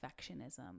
perfectionism